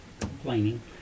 Complaining